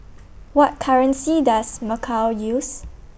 What currency Does Macau use